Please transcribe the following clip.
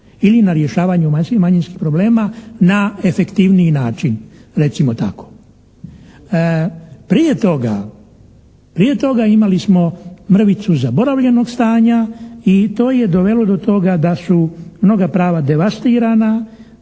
Ili na rješavanju manjinskih problema na efektivniji način, recimo tako. Prije toga, prije toga imali smo mrvicu zaboravljenog stanja i to je dovelo do toga da su mnoga prava devastirana,